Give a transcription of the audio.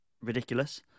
ridiculous